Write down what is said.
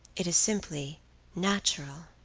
it is simply natural.